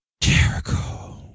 Jericho